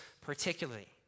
particularly